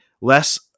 less